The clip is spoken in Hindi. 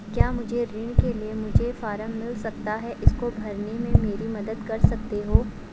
क्या मुझे ऋण के लिए मुझे फार्म मिल सकता है इसको भरने में मेरी मदद कर सकते हो?